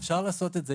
אפשר לעשות את זה.